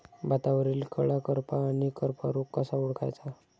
भातावरील कडा करपा आणि करपा रोग कसा ओळखायचा?